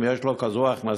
אם יש לו כזאת הכנסה,